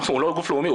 הוא לא גוף לאומי,